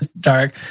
Dark